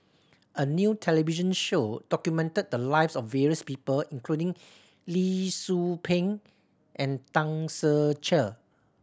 a new television show documented the lives of various people including Lee Tzu Pheng and Tan Ser Cher